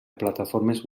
plataformes